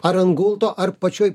ar ant gulto ar pačioj